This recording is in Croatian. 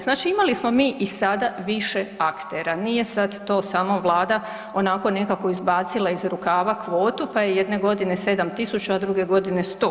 Znači imali smo mi i sada više aktera, nije sad to samo Vlada onako nekako izbacila iz rukava kvotu pa je jedne godine 7000 a druge godine 100 000.